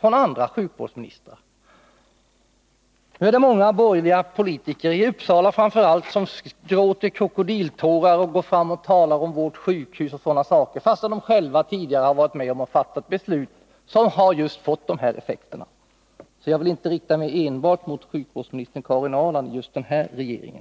från andra sjukvårdsministrar. Nu är det många borgerliga politiker, framför allt i Uppsala, som gråter krokodiltårar och talar om vårt sjukhus och sådana saker, trots att de själva tidigare varit med om att fatta beslut som fått just dessa effekter. Jag vill alltså inte rikta mig enbart mot sjukvårdsminister Karin Ahrland i just den här regeringen.